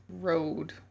road